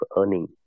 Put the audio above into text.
earning